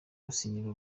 gusinyira